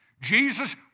Jesus